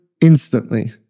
instantly